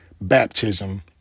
baptism